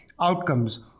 outcomes